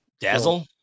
Dazzle